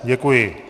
Děkuji.